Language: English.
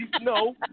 No